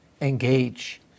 engage